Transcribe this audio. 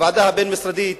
הוועדה הבין-משרדית,